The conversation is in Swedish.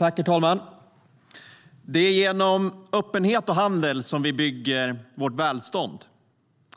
Herr talman! Det är genom öppenhet och handel som vi bygger vårt välstånd.